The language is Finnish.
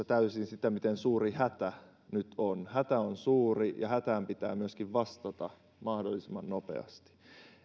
täysin ymmärretty sitä miten suuri hätä nyt on hätä on suuri ja hätään pitää myöskin vastata mahdollisimman nopeasti